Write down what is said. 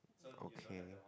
okay